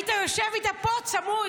היית יושב איתה פה צמוד.